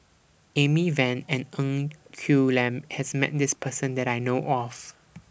Amy Van and Ng Quee Lam has Met This Person that I know of